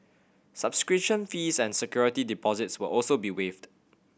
subscription fees and security deposits will also be waived